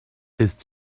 ist